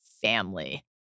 family